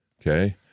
Okay